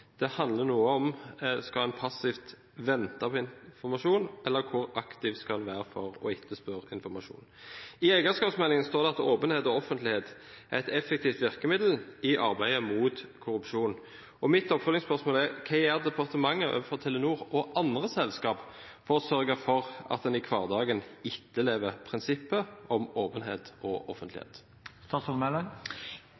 Det handler noe om hvorvidt en passivt skal vente på informasjon, eller hvor aktiv en skal være i å etterspørre informasjon. I eierskapsmeldingen står det at åpenhet og offentlighet er et effektivt virkemiddel i arbeidet mot korrupsjon, og mitt oppfølgingsspørsmål er: Hva gjør departementet overfor Telenor – og andre selskaper – for å sørge for at en i hverdagen etterlever prinsippet om åpenhet og offentlighet?